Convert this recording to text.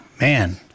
man